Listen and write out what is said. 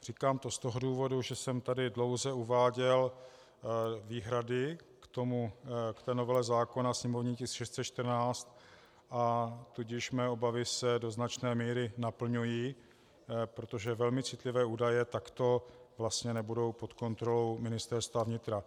Říkám to z toho důvodu, že jsem tady dlouze uváděl výhrady k té novele zákona sněmovní tisk 614 , a tudíž mé obavy se do značné míry naplňují, protože velmi citlivé údaje takto vlastně nebudou pod kontrolou Ministerstva vnitra.